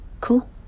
cool